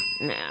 Nah